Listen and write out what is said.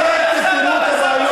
אנחנו פה הרבה לפניך,